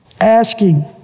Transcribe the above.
Asking